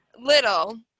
little